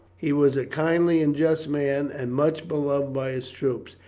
he was a kindly and just man, and much beloved by his troops.